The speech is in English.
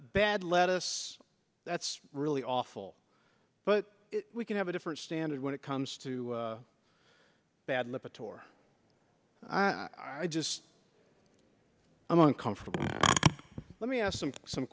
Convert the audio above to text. bad lettuce that's really awful but we can have a different standard when it comes to bad laboratory i just i'm comfortable let me ask them some